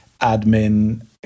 admin